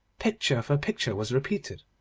picture for picture was repeated,